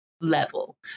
level